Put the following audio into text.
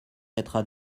mettra